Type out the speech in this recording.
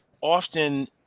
often